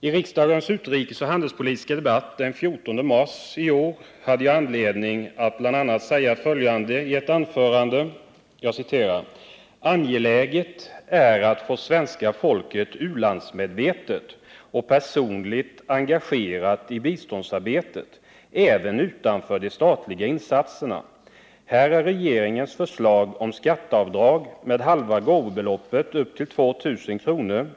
I riksdagens utrikesoch handelspolitiska debatt den 14 mars i år hade jag anledning att bl.a. säga följande i ett anförande: ”Angeläget är att få svenska folket u-landsmedvetet och personligt engagerat i biståndsarbetet även utanför de statliga insatserna. Här är regeringens förslag om skatteavdrag med halva gåvobeloppet upp till 2 000 kr.